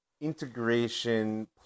integration